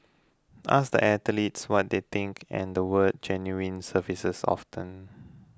ask the athletes what they think and the word genuine surfaces often